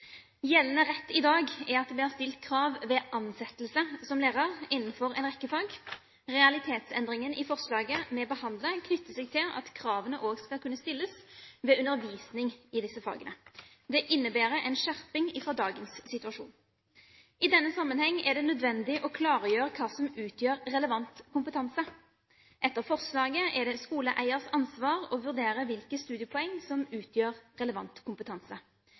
Gjeldende rett i dag er at det blir stilt krav ved ansettelse som lærer innenfor en rekke fag. Realitetsendringen i forslaget vi behandler i dag, knytter seg til at kravene også skal kunne stilles ved undervisning i disse fagene. Det innebærer en skjerping fra dagens situasjon. I denne sammenheng er det nødvendig å klargjøre hva som utgjør relevant kompetanse. Etter forslaget er det skoleeiers ansvar å vurdere hvilke studiepoeng som utgjør relevant kompetanse.